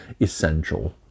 essential